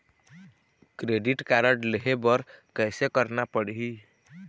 Credit card लेहे बर कैसे करना पड़ही?